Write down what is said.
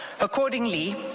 Accordingly